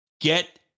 Get